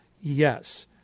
yes